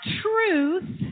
truth